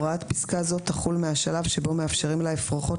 הוראת פסקה זו תחול מהשלב שבו מאפשרים לאפרוחות